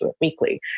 weekly